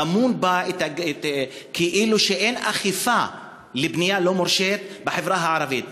טמון בה כאילו אין אכיפה בבנייה לא מורשית בחברה הערבית.